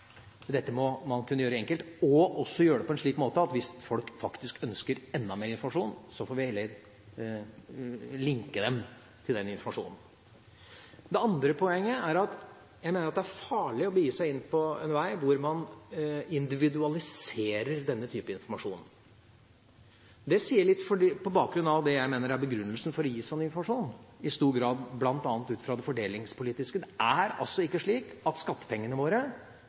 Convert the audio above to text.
på en slik måte at hvis folk faktisk ønsker enda mer informasjon, får vi heller linke dem til den informasjonen. Det andre poenget er at jeg mener det er farlig å begi seg inn på en vei hvor man individualiserer denne typen informasjon. Det sier jeg litt på bakgrunn av det som jeg mener er begrunnelsen for å gi slik informasjon, bl.a. ut fra det fordelingspolitiske aspektet. Skattepengene som f.eks. jeg personlig betaler, er ikke